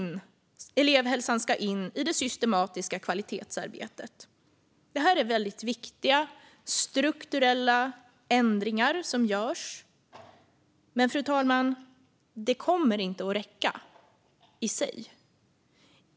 Elevhälsan ska in i det systematiska kvalitetsarbetet. Det här är väldigt viktiga strukturella ändringar som görs. Men, fru talman, det kommer inte att räcka i sig.